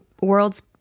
world's